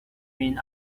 been